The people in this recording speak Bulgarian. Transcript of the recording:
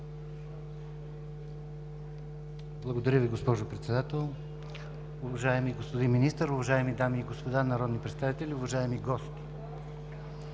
Благодаря Ви, госпожо Председател. Уважаеми господин Министър, уважаеми дами и господа народни представители, уважаеми гости!